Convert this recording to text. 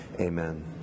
amen